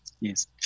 yes